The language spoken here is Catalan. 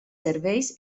serveis